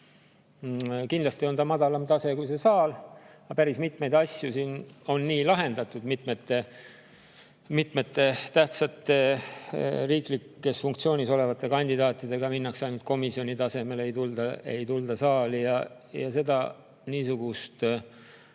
Kindlasti on see madalam tase kui see saal, aga päris mitmeid asju on siin nii lahendatud. Mitmete tähtsate riiklikus funktsioonis olevate kandidaatidega minnakse ainult komisjoni tasemele, mitte ei tulda saali. Niisugust